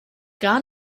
gar